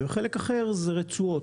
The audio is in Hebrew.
בחלק אחר זה רצועות.